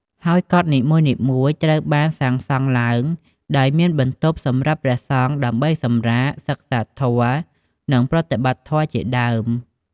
ហើយកុដិនីមួយៗត្រូវបានសាងសង់ឡើងដោយមានបន្ទប់សម្រាប់ព្រះសង្ឃដើម្បី សម្រាក សិក្សាធម៌ និង ប្រតិបត្តិធម៌ ជាដើម។